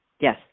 Yes